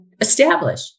establish